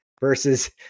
versus